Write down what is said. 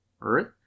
Earth